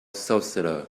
sorcerer